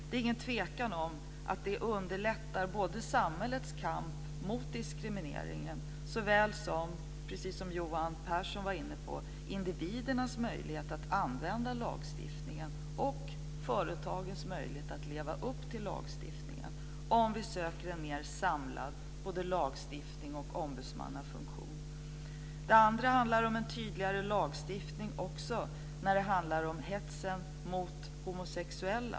Det är ingen tvekan om att det underlättar såväl samhällets kamp mot diskrimineringen som individernas möjlighet att använda lagstiftningen, som Johan Pehrson var inne på, och företagens möjlighet att leva upp till lagstiftningen om vi söker en mer samlad lagstiftning och ombudsmannafunktion. Det andra handlar om en tydligare lagstiftning också när det gäller hets mot homosexuella.